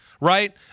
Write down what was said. right